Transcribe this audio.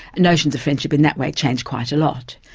notions of friendship in that way change quite a lot.